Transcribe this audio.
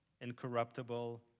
incorruptible